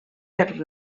per